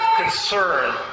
concern